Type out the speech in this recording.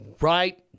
right